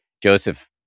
Joseph